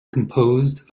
composed